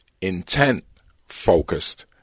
intent-focused